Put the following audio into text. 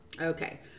Okay